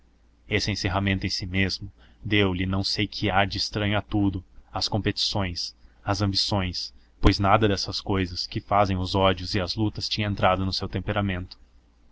esse encerramento em si mesmo deu-lhe não sei que ar de estranho a tudo às competições às ambições pois nada dessas cousas que fazem os ódios e as lutas tinha entrado no seu temperamento